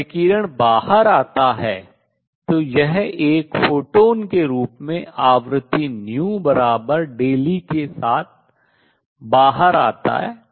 जब विकिरण बाहर आता है तो यह एक फोटॉन के रूप में आवृत्ति बराबर ΔE के साथ बाहर आता है